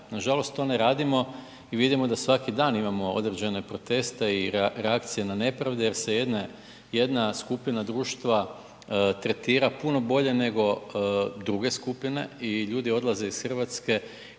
Nažalost to ne radimo i vidimo da svaki dan imamo određene proteste i reakcije na nepravde jer se jedne, jedna skupina društva tretira puno bolje nego druge skupine i ljudi odlaze iz Hrvatske